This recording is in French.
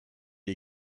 est